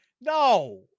No